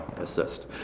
assist